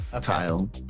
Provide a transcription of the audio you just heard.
tile